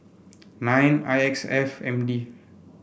nine I X F M D